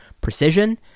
precision